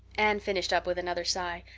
anne finished up with another sigh,